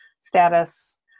status